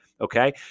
Okay